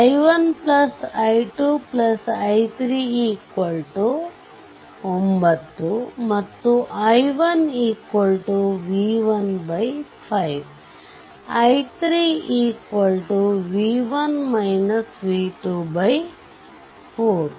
i1 i2 i3 9 ಮತ್ತು i1 v1 5 i3 4